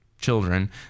children